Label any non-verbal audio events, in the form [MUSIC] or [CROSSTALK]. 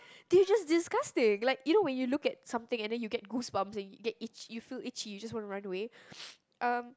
they're just disgusting like you know when you look at something and then you get goosebumps and get itch you feel itchy you just wanna run away [NOISE] um